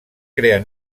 crear